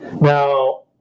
Now